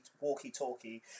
walkie-talkie